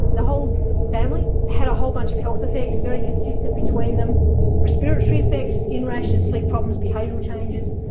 the whole family had a whole bunch of health effects, very consistent between them respiratory effects, skin rashes, sleep problems, behavioural changes.